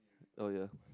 oh ya